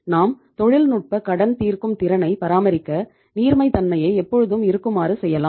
நாம் தொழில்நுட்ப கடன் தீர்க்கும் திறனை பராமரிக்க நீர்மை தன்மையை எப்பொழுதும் இருக்குமாறு செய்யலாம்